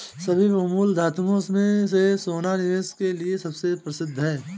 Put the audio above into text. सभी बहुमूल्य धातुओं में से सोना निवेश के लिए सबसे प्रसिद्ध है